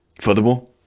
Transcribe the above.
furthermore